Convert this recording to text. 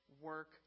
work